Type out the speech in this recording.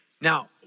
Now